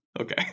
Okay